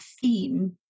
theme